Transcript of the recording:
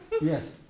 Yes